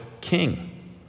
king